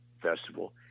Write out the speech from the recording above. festival